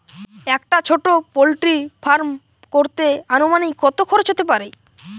একটা ছোটো poultry farm করতে আনুমানিক কত খরচ কত হতে পারে?